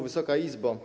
Wysoka Izbo!